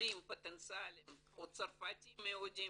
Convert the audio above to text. עולים פוטנציאלים או צרפתים יהודים